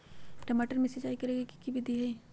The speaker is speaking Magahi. टमाटर में सिचाई करे के की विधि हई?